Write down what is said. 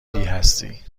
هستی